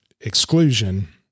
exclusion